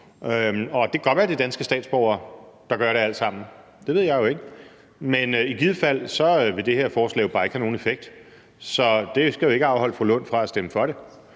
det kan godt være, at det er danske statsborgere, der gør det alt sammen – det ved jeg jo ikke. Men i givet fald vil det her forslag jo bare ikke have nogen effekt. Så det skal jo ikke afholde fru Rosa Lund fra at stemme for det.